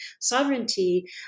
sovereignty